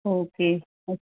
okay